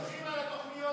לא סומכים על התוכניות שלך.